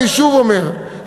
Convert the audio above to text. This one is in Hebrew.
שוב אני אומר,